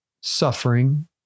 suffering